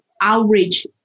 outreach